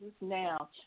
now